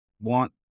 want